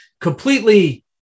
completely